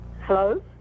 Hello